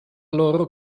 loro